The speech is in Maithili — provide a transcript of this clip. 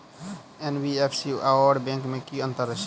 एन.बी.एफ.सी आओर बैंक मे की अंतर अछि?